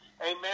Amen